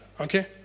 Okay